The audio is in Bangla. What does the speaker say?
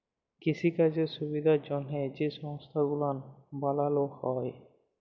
কিসিকাজের সুবিধার জ্যনহে যে সংস্থা গুলান বালালো হ্যয়